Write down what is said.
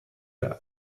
werden